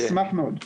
נשמח מאוד.